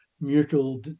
mutual